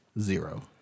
zero